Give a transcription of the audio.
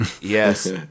Yes